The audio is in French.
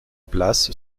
place